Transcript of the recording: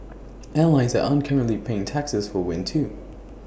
airlines that aren't currently paying taxes will win too